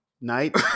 night